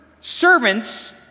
servants